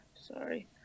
sorry